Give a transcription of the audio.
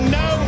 no